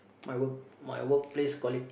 my work my work place colleague